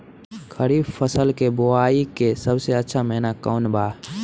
खरीफ फसल के बोआई के सबसे अच्छा महिना कौन बा?